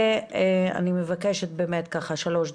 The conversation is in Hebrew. אני מבקשת לדבר בקצרה.